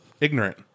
ignorant